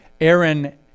Aaron